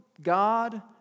God